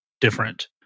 different